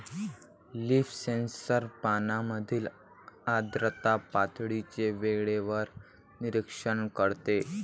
leaf sensor पानांमधील आर्द्रता पातळीचे वेळेवर निरीक्षण करते